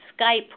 Skype